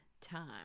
time